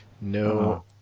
No